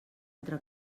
altra